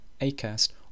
Acast